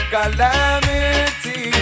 Calamity